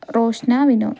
Roshna Vinod